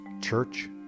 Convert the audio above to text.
Church